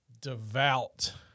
devout